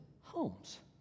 Holmes